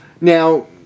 now